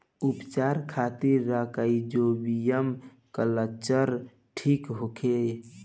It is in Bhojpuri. उपचार खातिर राइजोबियम कल्चर ठीक होखे?